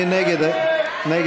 מי נגד ההסתייגות?